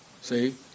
See